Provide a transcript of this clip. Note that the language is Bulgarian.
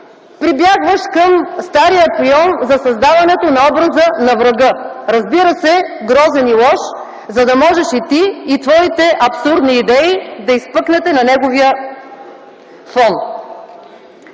прибягваш към стария прийом за създаването на образа на врага – грозен и лош, за да можеш ти и твоите абсурдни идеи да изпъкнете на неговия фон.